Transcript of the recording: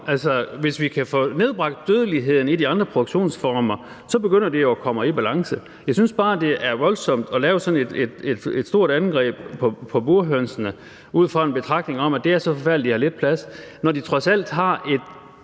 hvis vi kan få nedbragt dødeligheden i de andre produktionsformer, så begynder det jo at komme i balance. Jeg synes bare, det er voldsomt at lave sådan et stort angreb på burhønsene ud fra en betragtning om, at det er så forfærdeligt at have lidt plads. Når de trods alt har